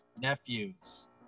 Nephews